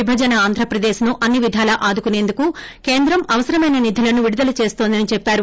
విభజన ఆంధ్రప్రదేశ్ను అన్ని విధాలా ఆదుకుసేందుకు కేంద్రం అవసరమైన నిధులను విడుదల చేస్తోందని చెప్పారు